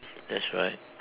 that's right